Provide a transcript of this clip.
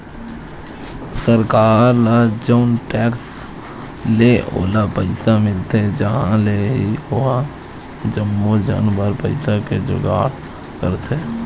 सरकार ल जउन टेक्स ले ओला पइसा मिलथे उहाँ ले ही ओहा जम्मो झन बर पइसा के जुगाड़ करथे